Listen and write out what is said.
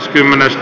kymmene